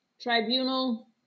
tribunal